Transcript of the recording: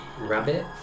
Rabbit